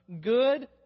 good